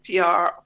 PR